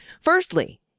Firstly